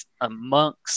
amongst